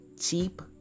cheap